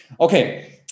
Okay